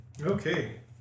Okay